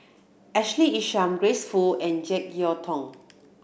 Ashley Isham Grace Fu and Jek Yeun Thong